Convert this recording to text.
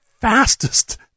fastest